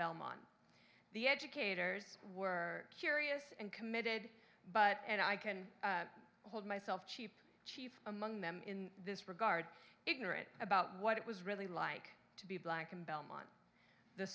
belmont the educators were curious and committed but and i can hold myself cheap chief among them in this regard ignorant about what it was really like to be black in belmont the